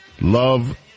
love